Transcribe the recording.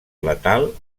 letal